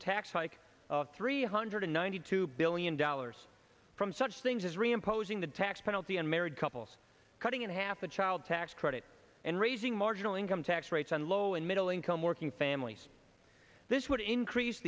hike of three hundred ninety two billion dollars from such things as reimposing the tax penalty and married couples cutting in half a child tax credit and raising marginal income tax rates and low and middle income working families this would increase